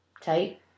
tight